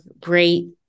great